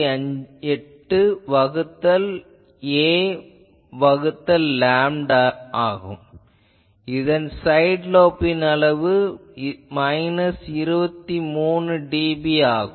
8 வகுத்தல் a வகுத்தல் lambda இதன் சைட் லோப்பின் அளவு 23 dB ஆகும்